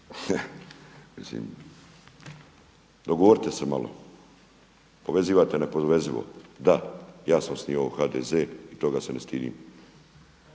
Maras, dogovorite se malo, povezivate nepovezivo. Da, ja sam osnivao HDZ i toga se ne stidim